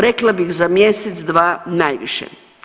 Rekla bih za mjesec, dva najviše.